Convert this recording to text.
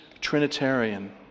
Trinitarian